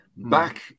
Back